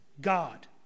God